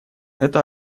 это